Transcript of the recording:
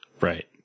Right